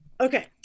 okay